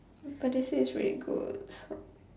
but they say it's really good